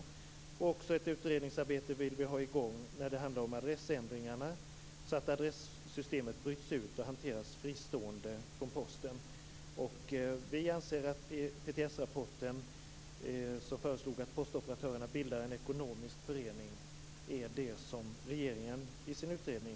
Vi vill också att det tillsätts en utredning om adressändringarna, så att adressystemet bryts ut och hanteras fristående från Posten. Vi anser att det som föreslogs i PTS-rapporten, att postoperatörerna bildar en ekonomisk förening, också skall föreslås i regeringens utredning.